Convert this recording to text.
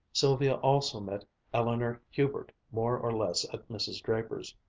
sylvia also met eleanor hubert more or less at mrs. draper's.